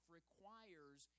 requires